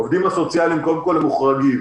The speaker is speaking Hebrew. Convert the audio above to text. העובדים הסוציאליים מוחרגים,